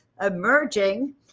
emerging